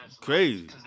crazy